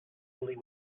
fully